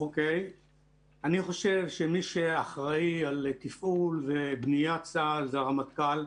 אני חושב שמי שאחראי על תפעול ובניית צה"ל זה הרמטכ"ל.